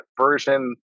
version